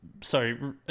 sorry